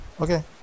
Okay